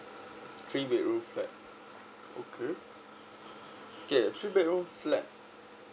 three bedrooms flat okay okay three bedroom flat